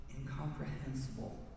incomprehensible